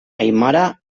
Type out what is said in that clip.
aimara